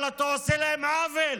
אבל אתה עושה להם עוול.